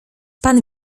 pan